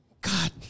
God